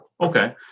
Okay